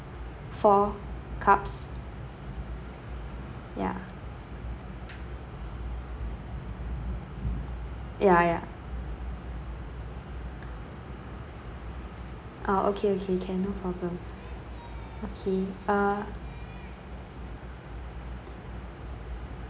four cups ya ya ya uh okay okay can no problem okay uh